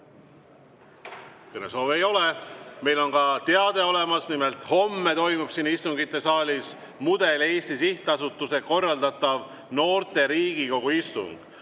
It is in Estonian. Kõnesoove ei ole. Meil on ka teade olemas. Nimelt, homme toimub siin istungisaalis Mudel-Eesti Sihtasutuse korraldatav noorte Riigikogu istung.